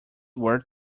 were